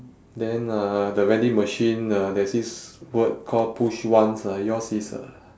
then uh the vending machine uh there's this word called push once ah yours is uh